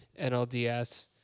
NLDS